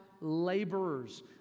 laborers